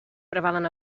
prevalen